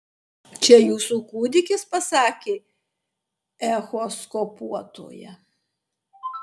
čia jūsų kūdikis pasakė echoskopuotoja